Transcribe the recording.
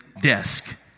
desk